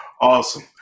awesome